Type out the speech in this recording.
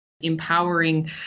Empowering